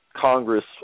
Congress